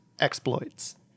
exploits